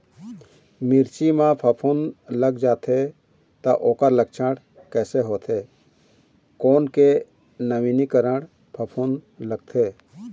मिर्ची मा फफूंद लग जाथे ता ओकर लक्षण कैसे होथे, कोन के नवीनीकरण फफूंद लगथे?